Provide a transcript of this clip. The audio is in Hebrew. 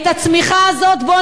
דב,